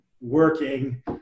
working